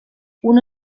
una